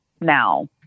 now